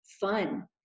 fun